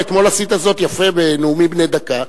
ואתמול עשית זאת יפה בנאומים בני דקה.